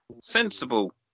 Sensible